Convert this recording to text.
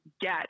get